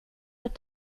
att